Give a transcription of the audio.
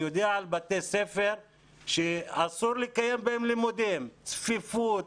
אני יודע על בתי ספר שאסור לקיים בהם לימודים צפיפות,